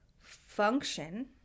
function